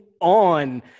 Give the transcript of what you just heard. on